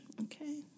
Okay